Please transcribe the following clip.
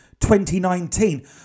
2019